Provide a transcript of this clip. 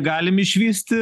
galim išvysti